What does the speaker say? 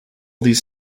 these